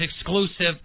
exclusive